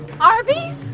Arby